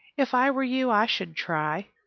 if i were you, i should try.